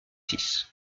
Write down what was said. six